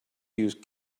use